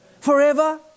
Forever